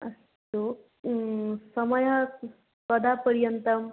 अस्तु समयः कदा पर्यन्तं